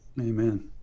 Amen